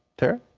terry?